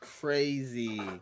Crazy